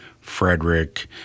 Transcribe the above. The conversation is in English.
frederick